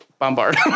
Bombard